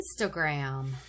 Instagram